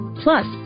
Plus